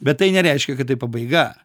bet tai nereiškia kad tai pabaiga